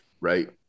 right